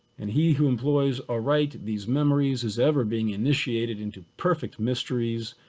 and he who employs aright these memories is ever being initiated into perfect mysteries,